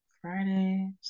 Friday